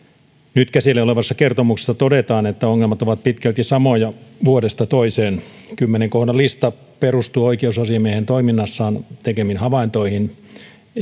nyt käsillä olevassa kertomuksessa todetaan että ongelmat ovat pitkälti samoja vuodesta toiseen kymmenen kohdan lista perustuu oikeusasiamiehen toiminnassaan tekemiin havaintoihin